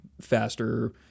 faster